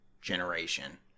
generation